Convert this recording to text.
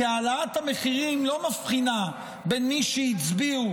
כי העלאת המחירים לא מבחינה בין מי שהצביעו